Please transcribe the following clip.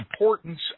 importance